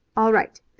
all right!